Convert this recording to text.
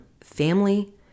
family